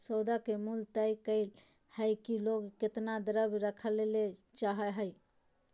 सौदा के मूल्य तय करय हइ कि लोग केतना द्रव्य रखय ले चाहइ हइ